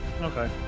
Okay